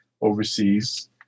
overseas